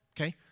okay